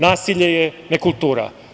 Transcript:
Nasilje je nekultura.